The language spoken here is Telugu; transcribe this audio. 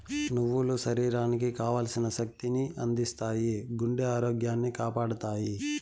నువ్వులు శరీరానికి కావల్సిన శక్తి ని అందిత్తాయి, గుండె ఆరోగ్యాన్ని కాపాడతాయి